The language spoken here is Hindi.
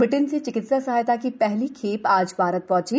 ब्रिटेन से चिकित्सा सहायता की पहली खेप आज भारत पहंची